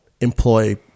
employ